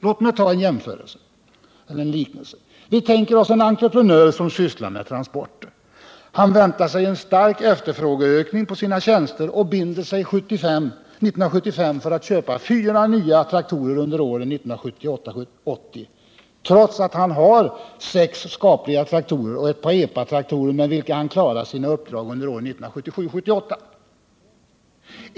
Låt mig göra en liknelse. Vi tänker oss en entreprenör som sysslar med transporter. Han väntar sig en stark efterfrågeökning på sina tjänster och binder sig 1975 för att köpa fyra nya traktorer under åren 1978-1980, trots att han har sex skapliga traktorer och ett par epatraktorer med vilka han klarar sina uppdrag under åren 1977-1978.